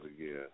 again